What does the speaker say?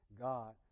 God